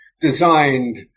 designed